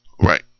right